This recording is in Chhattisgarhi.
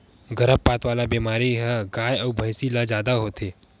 गरभपात वाला बेमारी ह गाय अउ भइसी ल जादा होथे